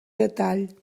detall